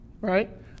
right